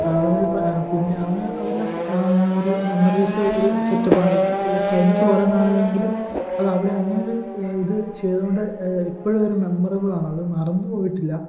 അതവന് പിന്നെ അവന് അതെല്ലാം ഒരു മെമ്മറീസ് ഒരു സെറ്റപ്പാണ് കഴിഞ്ഞിട്ട് കുറേ നാളായെങ്കിലും അത് അവിടെ അങ്ങനൊരു ഇത് ചെയ്തത് കൊണ്ട് ഇപ്പോഴും അതൊരു മെമ്മറബിളാണ് അത് മറന്ന് പോയിട്ടില്ല